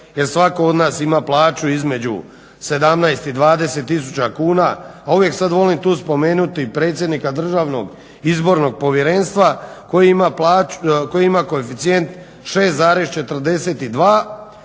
jer svatko od nas ima plaću između 17 i 20 tisuća kuna, a uvijek tu sada volim spomenuti predsjednika Državnog izbornog povjerenstva koji ima koeficijent 6,42,